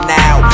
now